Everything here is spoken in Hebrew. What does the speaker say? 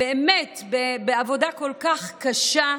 ובאמת, בעבודה כל כך קשה,